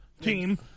team